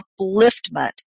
upliftment